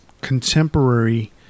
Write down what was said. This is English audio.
contemporary